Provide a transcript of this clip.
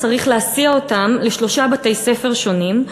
צריך להסיע אותם לשלושה בתי-ספר שונים.